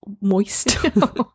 moist